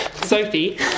Sophie